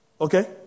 Okay